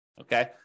Okay